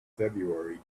february